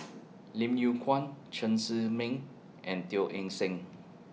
Lim Yew Kuan Chen Zhiming and Teo Eng Seng